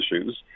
issues